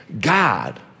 God